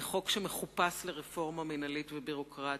זה חוק שמחופש לרפורמה מינהלית וביורוקרטית,